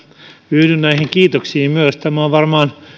yhdyn näihin kiitoksiin tämä on varmaan